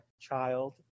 child